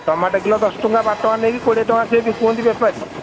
tomato kilo ଦଶ ଟଙ୍କା ବାର ଟଙ୍କା ନେଇକି କୋଡ଼ିଏ ଟଙ୍କା ସେ ବିକୁଛନ୍ତି ବେପାରୀ